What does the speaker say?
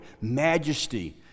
majesty